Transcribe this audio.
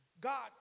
God